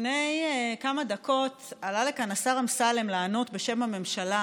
לפני כמה דקות עלה לכאן השר אמסלם לענות בשם הממשלה